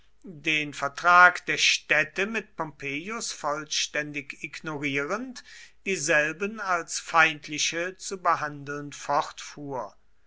den vertrag der städte mit pompeius vollständig ignorierend dieselben als feindliche zu behandeln